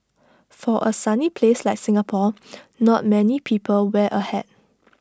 for A sunny place like Singapore not many people wear A hat